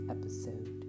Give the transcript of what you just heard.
episode